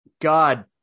God